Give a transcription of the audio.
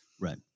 Right